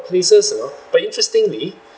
places you know but interestingly